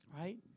right